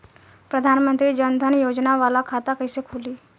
प्रधान मंत्री जन धन योजना वाला खाता कईसे खुली?